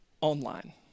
online